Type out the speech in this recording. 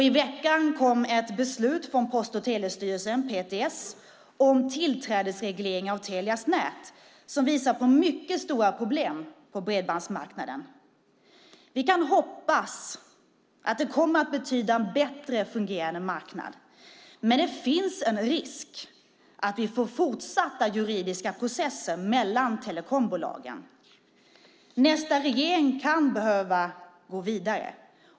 I veckan kom ett beslut från Post och telestyrelsen, PTS, om tillträdesreglering av Telias nät som visar på mycket stora problem på bredbandsmarknaden. Vi kan hoppas att det kommer att betyda en bättre fungerande marknad. Men det finns en risk att vi får fortsatta juridiska processer mellan telekombolagen. Nästa regering kan behöva gå vidare.